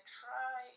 try